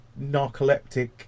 narcoleptic